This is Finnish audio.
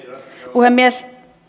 puhemies